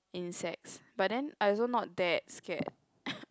insects but then I also not that scared